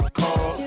call